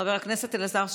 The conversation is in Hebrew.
חבר הכנסת אלעזר שטרן.